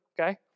okay